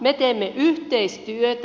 me teemme yhteistyötä